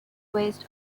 west